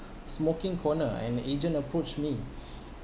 smoking corner and a agent approach me